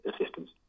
assistance